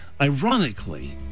Ironically